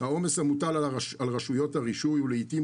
"העומס המוטל על רשויות הרישוי הוא לעיתים